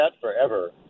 forever